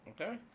Okay